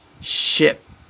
ship